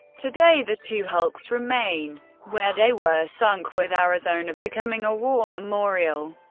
today, the two hulks remain where they were sunk, with arizona becoming a war memorial.